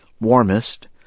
warmest